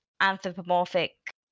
anthropomorphic